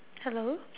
hello